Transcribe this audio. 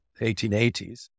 1880s